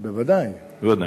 בוודאי.